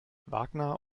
wagner